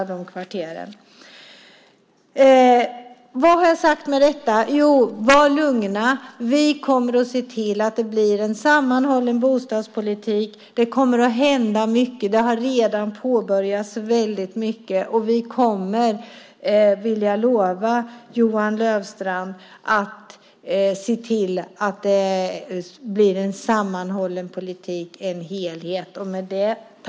Vad vill jag ha sagt med allt detta? Jo, ni kan vara lugna. Vi kommer att se till att det blir en sammanhållen bostadspolitik. Det kommer att hända mycket. Mycket har redan påbörjats, och jag vill lova Johan Löfstrand att vi kommer att se till att det blir en sammanhållen politik, en helhet.